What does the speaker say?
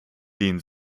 den